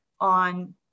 on